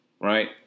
right